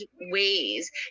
ways